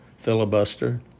filibuster